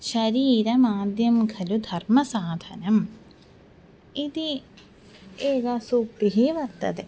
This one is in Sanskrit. शरीरमाद्यं खलु धर्मसाधनम् इति एका सूक्तिः वर्तते